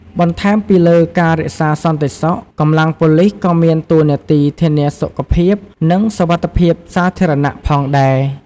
បន្ថែមពីលើការរក្សាសន្តិសុខ កម្លាំងប៉ូលិសក៏មានតួនាទីធានាសុខភាព និងសុវត្ថិភាពសាធារណៈផងដែរ។